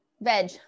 Veg